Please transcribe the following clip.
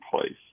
place